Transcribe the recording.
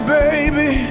baby